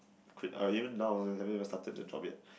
quit I will even now also haven't even started the job yet